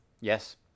Yes